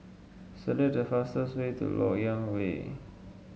select the fastest way to LoK Yang Way